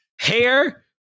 hair